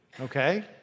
okay